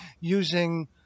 using